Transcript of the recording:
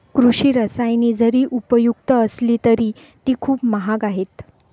कृषी रसायने जरी उपयुक्त असली तरी ती खूप महाग आहेत